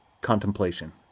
contemplation